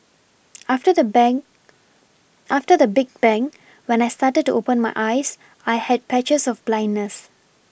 after the bang after the big bang when I started to open my eyes I had patches of blindness